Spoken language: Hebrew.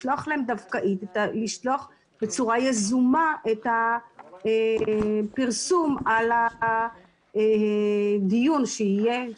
לשלוח להם בצורה יזומה את הפרסום על הדיון שיהיה,